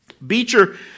Beecher